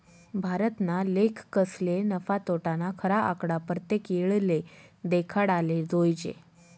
भारतना लेखकसले नफा, तोटाना खरा आकडा परतेक येळले देखाडाले जोयजे